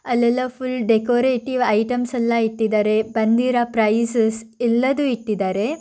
ಅಲ್ಲೆಲ್ಲ full decorative items ಎಲ್ಲ ಇಟ್ಟಿದ್ದಾರೆ ಬಂದಿರೋ ಪ್ರೈಝಸ್ ಎಲ್ಲವೂ ಇಟ್ಟಿದ್ದಾರೆ